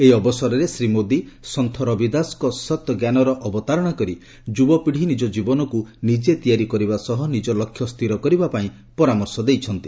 ଏହି ଅବସରରେ ଶ୍ରୀ ମୋଦି ସନ୍ଥ ରବି ଦାସଙ୍କ ସତ୍ଜ୍ଞାନର ଅବତାରଣା କରି ଯୁବପୀଢ଼ି ନିଜ ଜୀବନକୁ ନିକ୍କେ ତିଆରି କରିବା ସହ ନିଜ ଲକ୍ଷ୍ୟ ସ୍ଥିର କରିବା ପାଇଁ ପରାମର୍ଶ ଦେଇଛନ୍ତି